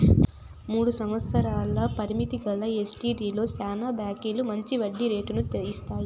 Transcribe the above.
మూడు సంవత్సరాల పరిమితి గల ఎస్టీడీలో శానా బాంకీలు మంచి వడ్డీ రేటు ఇస్తాయి